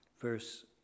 verse